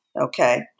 Okay